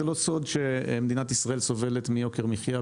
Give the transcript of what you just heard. זה לא סוד שמדינת ישראל סובלת מיוקר מחיה,